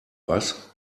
was